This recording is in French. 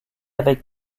avec